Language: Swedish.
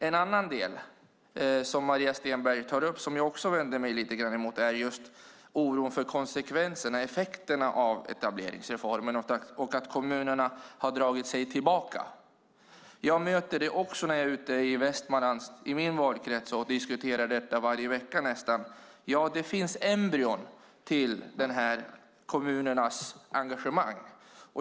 En annan del som Maria Stenberg som tar upp och som jag också vänder mig lite grann emot är just oron för konsekvenserna och effekterna av etableringsreformen och att kommunerna har dragit sig tillbaka. Även jag möter det när jag är ute i min valkrets, i Västmanland, och nästan varje vecka diskuterar detta. Ja, det finns embryon till kommunernas engagemang.